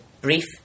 brief